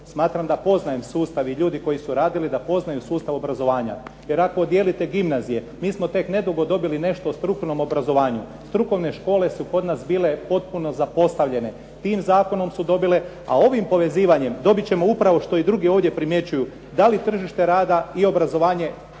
Smatram da poznajem sustav i ljudi koji su radili da poznaju sustav obrazovanje. Jer ako odijelite gimnazije, mi smo tek nedugo dobili nešto u strukovnom obrazovanju. Strukovne škole su kod nas bile potpuno zapostavljene, tim zakonom su dobile, a ovim povezivanjem dobit ćemo upravo što i drugi ovdje primjećuju. Da li tržište rada i obrazovanje